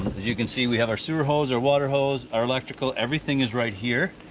as you can see, we have our sewer hose, or water hose, our electrical, everything is right here.